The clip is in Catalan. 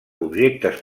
objectes